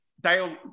Dale